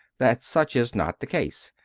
that such is not the case,